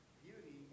beauty